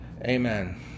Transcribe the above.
Amen